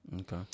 Okay